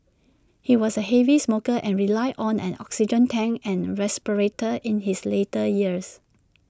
he was A heavy smoker and relied on an oxygen tank and respirator in his later years